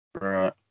Right